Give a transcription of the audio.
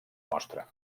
mostra